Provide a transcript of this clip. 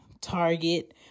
Target